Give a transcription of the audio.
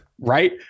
right